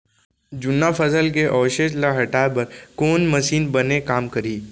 जुन्ना फसल के अवशेष ला हटाए बर कोन मशीन बने काम करही?